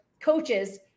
coaches